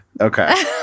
Okay